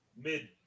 Mid